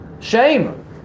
Shame